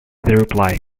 reply